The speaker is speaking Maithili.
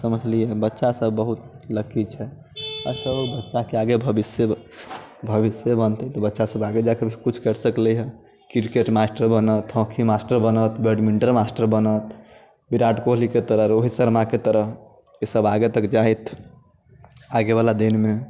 समझलियै बच्चा सब बहुत लक्की छै बच्चा सबके आगे भविष्य भविष्ये बनते तऽ बच्चा सब आगे जाके कुछ कर सकले हँ क्रिकेट मास्टर बनत हॉकी मास्टर बनत बैडमिंटन मास्टर बनत विराट कोहलीके तरह रोहित शर्माके तरह ई सब आगेके तक जायत आगेवला दिनमे